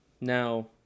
now